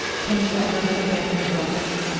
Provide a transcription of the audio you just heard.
can you ever forget her brother?